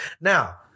Now